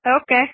Okay